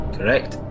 Correct